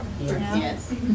Yes